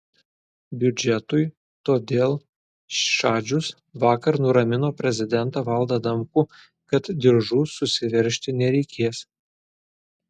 biudžetui todėl šadžius vakar nuramino prezidentą valdą adamkų kad diržų susiveržti nereikės